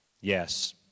Yes